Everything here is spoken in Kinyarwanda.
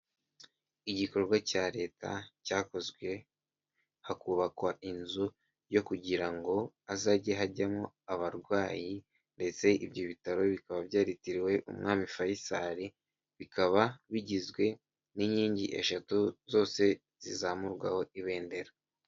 Igikorwa cya leta cyakozwe hakubakwa inzu yo kugira ngo hazajye hajyamo abarwayi ndetse ibyo bitaro bikaba byaritiriwe umwami Fayisari bikaba bigizwe n'inkingi eshatu zose zizamurwaho ibendera.